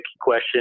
question